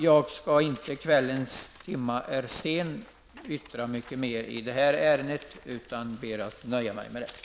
Kvällens timma är sen. Jag skall inte yttra mig mycket mer i det här ärendet, utan jag nöjer mig med detta.